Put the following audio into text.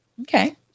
Okay